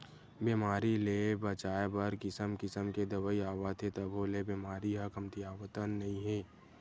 बेमारी ले बचाए बर किसम किसम के दवई आवत हे तभो ले बेमारी ह कमतीयावतन नइ हे